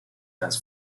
has